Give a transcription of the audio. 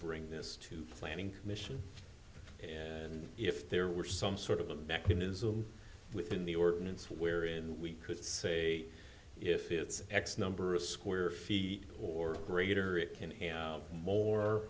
bring this to planning commission and if there were some sort of a mechanism within the ordinance wherein we could say if it's x number of square feet or greater it can